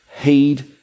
heed